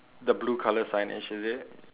the blue colour signage is it